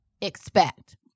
expect